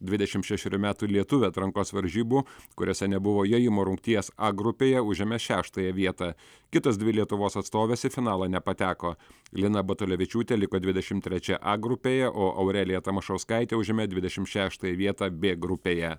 dvidešimt šešerių metų lietuvė atrankos varžybų kuriose nebuvo jojimo rungties a grupėje užėmė šeštąją vietą kitos dvi lietuvos atstovės į finalą nepateko lina batulevičiūtė liko dvidešimt trečioj a grupėje o aurelija tamašauskaitė užėmė dvidešimt šeštąją vietą b grupėje